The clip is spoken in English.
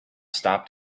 stopped